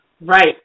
Right